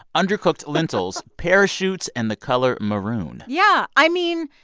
undercooked lentils, parachutes and the color maroon yeah. i mean,